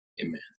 Amen